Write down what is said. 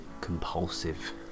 compulsive